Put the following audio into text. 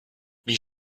wie